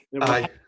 Aye